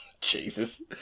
Jesus